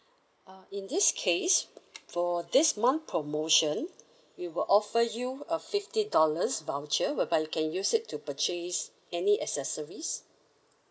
uh in this case for this month promotion we will offer you a fifty dollars voucher whereby you can use it to purchase any accessories